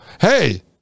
Hey